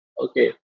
Okay